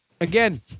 again